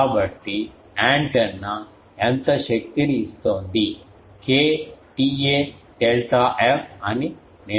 కాబట్టి యాంటెన్నా ఎంత శక్తిని ఇస్తోంది K TA డెల్టా f అని నేను చెప్పగలను